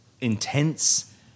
intense